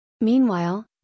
Meanwhile